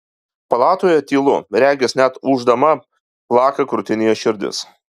palatoje tylu regis net ūždama plaka krūtinėje širdis